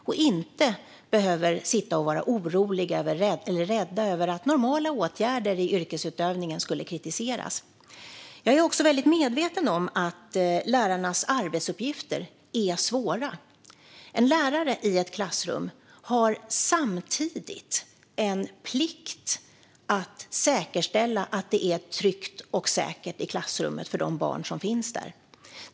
De ska inte behöva sitta och vara oroliga eller rädda över att normala åtgärder i yrkesutövningen skulle kritiseras. Jag är också väl medveten om att lärarnas arbetsuppgifter är svåra. En lärare i ett klassrum har samtidigt en plikt att säkerställa att det är tryggt och säkert i klassrummet för de barn som finns där.